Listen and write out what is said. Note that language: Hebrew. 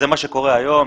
זה מה שקורה היום.